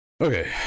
Okay